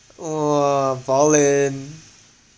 !whoa! bowling